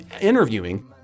interviewing